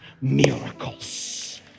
miracles